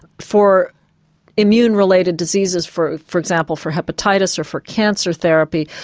for immune related diseases for for example, for hepatitis or for cancer therapy,